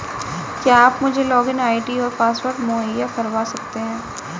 क्या आप मुझे लॉगिन आई.डी और पासवर्ड मुहैय्या करवा सकते हैं?